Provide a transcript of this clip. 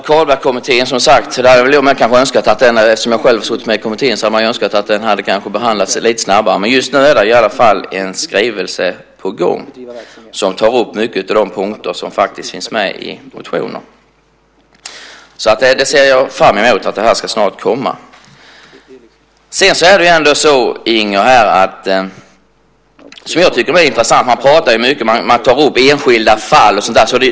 Herr talman! Eftersom jag själv har suttit med i Carlbeckkommittén hade jag önskat att det kanske hade behandlats lite snabbare. Just nu är det i varje fall en skrivelse på gång som tar upp många av de punkter som finns med i motioner. Jag ser fram emot att det snart ska komma. Man talar mycket och tar upp enskilda fall.